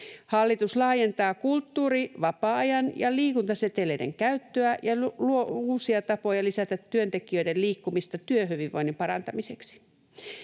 Hallitus laajentaa kulttuuri-, vapaa-ajan ja liikuntaseteleiden käyttöä ja luo uusia tapoja lisätä työntekijöiden liikkumista työhyvinvoinnin parantamiseksi.